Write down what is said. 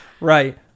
right